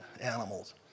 animals